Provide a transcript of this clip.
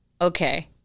okay